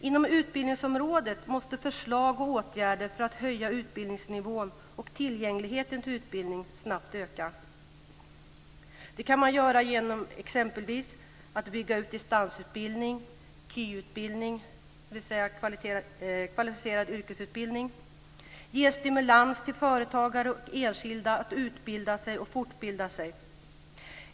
Inom utbildningsområdet måste förslag och åtgärder för att höja utbildningsnivån och tillgängligheten till utbildning snabbt öka. Det kan man göra exempelvis genom att bygga ut distansutbildning, KY utbildning, dvs. kvalificerad yrkesutbildning, och ge stimulans till företagare och enskilda att utbilda och fortbilda sig.